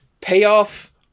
payoff